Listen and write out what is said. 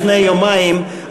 לפני יומיים,